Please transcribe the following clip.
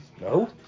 no